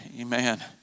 amen